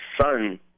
son